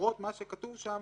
למרות מה שכתוב שם,